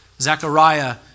Zechariah